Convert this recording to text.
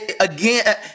Again